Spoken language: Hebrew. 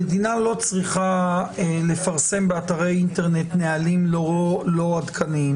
המדינה לא צריכה לפרסם באתרי אינטרנט נהלים לא עדכניים,